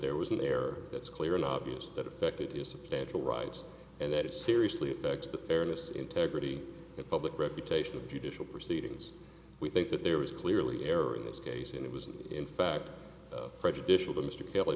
there was an error that's clear and obvious that affected is substantial rights and that it seriously affects the fairness integrity and public reputation of judicial proceedings we think that there was clearly error in this case and it was in fact prejudicial to mr kelly